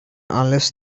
unless